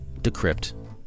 Decrypt